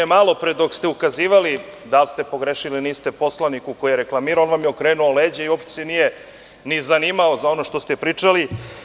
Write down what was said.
Malopre dok ste ukazivali, da li ste pogrešili ili niste, poslaniku koji vam je reklamirao, on vam je okrenuo leđa i uopšte se nije ni zanimao za ono što ste pričali.